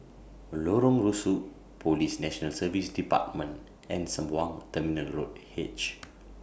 Lorong Rusuk Police National Service department and Sembawang Terminal Road H